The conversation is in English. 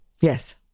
Yes